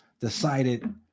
decided